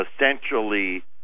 essentially